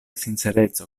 sincereco